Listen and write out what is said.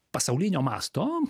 pasaulinio masto